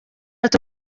ati